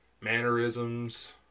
mannerisms